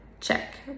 check